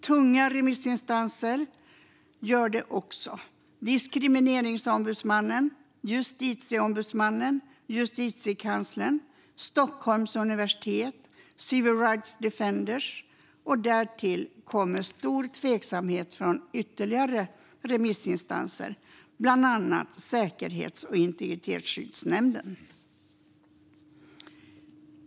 Tunga remissinstanser gör det också: Diskrimineringsombudsmannen, Justitieombudsmannen, Justitiekanslern, Stockholms universitet och Civil Rights Defenders. Därtill kommer stor tveksamhet från ytterligare remissinstanser, bland annat Säkerhets och integritetsskyddsnämnden.